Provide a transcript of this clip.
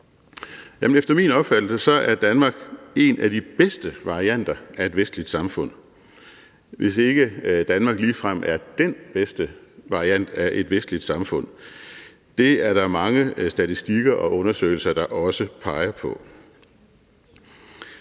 Efter min opfattelse er Danmark en af de bedste varianter af et vestligt samfund, hvis ikke Danmark ligefrem er den bedste variant af et vestligt samfund. Det er der også mange statistikker og undersøgelser der peger på.